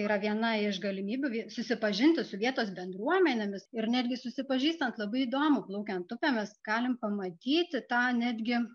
yra viena iš galimybių susipažinti su vietos bendruomenėmis ir netgi susipažįstant labai įdomu plaukiant upėmis galim pamatyti tą netgi